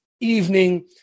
evening